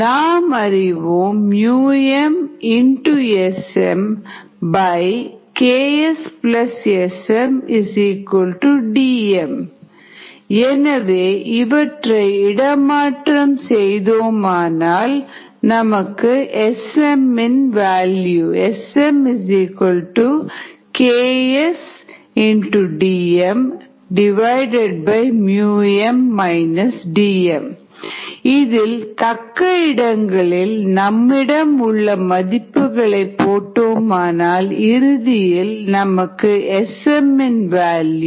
நாம் அறிவோம் µmSmKsSm Dm எனவே m Sm DmKsSm SmKsDm Sm KsDmµm Dm தக்க இடங்களில் நம்மிடமுள்ள மதிப்புகளை போட்டால் Sm 1 × 0